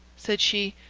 said she,